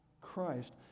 Christ